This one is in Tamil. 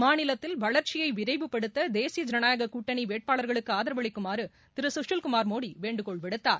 மாநிலத்தில் வளர்ச்சியை விரைவுபடுத்த தேசிய ஜனநாயகக் கூட்டணி வேட்பாளர்களுக்கு ஆதரவு அளிக்குமாறு திரு சுசில் குமார் மோடி வேண்டுகோள் விடுத்தார்